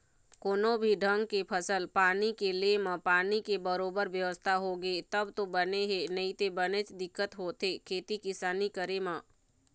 कोनो भी ढंग के फसल पानी के ले म पानी के बरोबर बेवस्था होगे तब तो बने हे नइते बनेच दिक्कत होथे खेती किसानी करे म